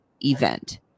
event